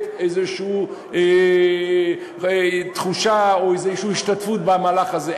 איזושהי תחושה או איזושהי השתתפות במהלך הזה.